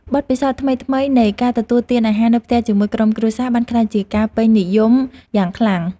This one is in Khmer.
បទពិសោធន៍ថ្មីៗនៃការទទួលទានអាហារនៅផ្ទះជាមួយក្រុមគ្រួសារបានក្លាយជាការពេញនិយមយ៉ាងខ្លាំង។